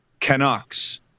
Canucks